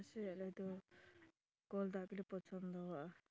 ᱪᱮᱫᱟᱜ ᱥᱮ ᱟᱞᱮ ᱫᱚ ᱠᱚᱞ ᱫᱟᱜ ᱜᱮᱞᱮ ᱯᱚᱪᱷᱚᱱᱫᱚᱣᱟᱜᱼᱟ